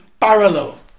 parallel